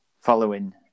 following